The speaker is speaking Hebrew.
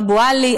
אבו עלי,